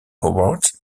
award